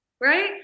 right